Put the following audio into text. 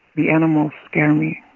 the animals scare me.